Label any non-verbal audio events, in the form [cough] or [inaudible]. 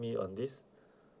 me on this [breath]